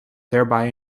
thereby